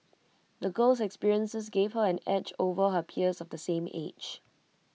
the girl's experiences gave her an edge over her peers of the same age